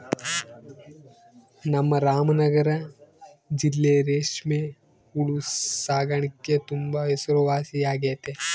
ನಮ್ ರಾಮನಗರ ಜಿಲ್ಲೆ ರೇಷ್ಮೆ ಹುಳು ಸಾಕಾಣಿಕ್ಗೆ ತುಂಬಾ ಹೆಸರುವಾಸಿಯಾಗೆತೆ